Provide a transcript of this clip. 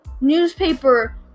newspaper